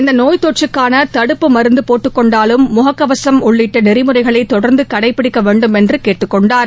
இந்த நோய் தொற்றுக்கான தடுப்பு மருந்து போட்டுக்கொண்டாலும் முகக்கவசம் உள்ளிட்ட நெறிமுறைகளை தொடர்ந்து கடைபிடிக்க வேண்டும் என்று கேட்டுக்கொண்டார்